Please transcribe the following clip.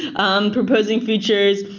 and um proposing features,